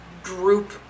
Group